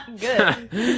Good